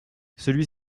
celui